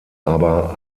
aber